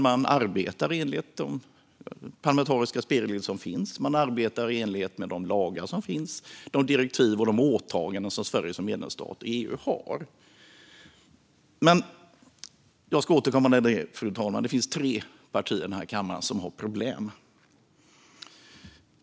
Man arbetar i enlighet med de parlamentariska spelregler som finns. Man arbetar i enlighet med de lagar och direktiv som finns och de åtaganden som Sverige som medlemsstat i EU har. Fru talman! Jag ska återkomma till att det finns tre partier i den här kammaren som har problem.